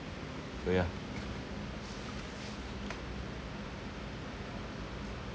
so yeah